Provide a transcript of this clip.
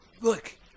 Look